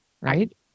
Right